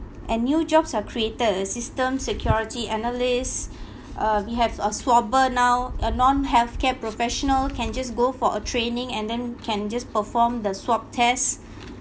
and new jobs are created system security analysts uh we have a swabber now a non healthcare professional can just go for a training and then can just perform the swab test